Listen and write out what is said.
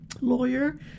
lawyer